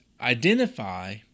identify